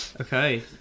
Okay